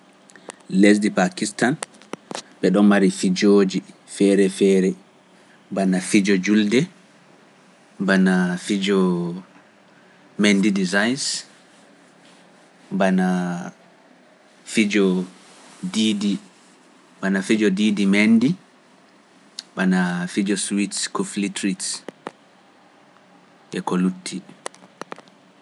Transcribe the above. Lesdi Pakistan, ɓe ɗoon mari fijoji feere feere, bana fijo julde, bana fijo mendi designs, bana fijo diidi, bana fijo diidi mendi, bana fijo suits ko flitruits e ko lutti.